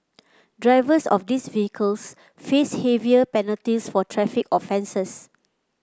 drivers of these vehicles face heavier penalties for traffic offences